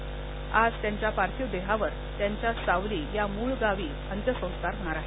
आज सोमवारीत्यांच्या पार्थिवावर त्यांच्या सावली या मुळगावी अत्यसंस्कार होणार आहेत